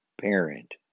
parent